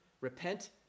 Repent